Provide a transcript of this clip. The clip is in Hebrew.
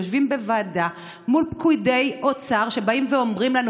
יושבים בוועדה מול פקידי אוצר שבאים ואומרים לנו: